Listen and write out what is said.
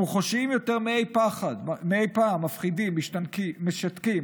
הם מוחשיים יותר מאי פעם, מפחידים, משתקים.